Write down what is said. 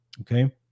okay